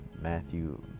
Matthew